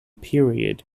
period